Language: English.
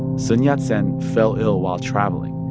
sun yat-sen fell ill while travelling.